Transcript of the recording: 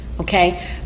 Okay